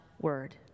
word